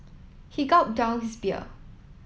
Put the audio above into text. he gulped down his beer